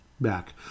Back